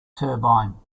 turbine